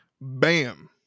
Bam